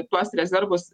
tuos rezervus